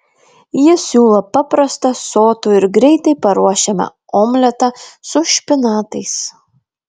jis siūlo paprastą sotų ir greitai paruošiamą omletą su špinatais